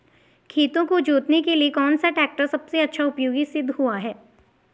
खेतों को जोतने के लिए कौन सा टैक्टर सबसे अच्छा उपयोगी सिद्ध हुआ है?